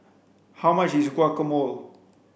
how much is Guacamole